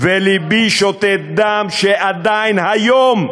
ולבי שותת דם שעדיין היום,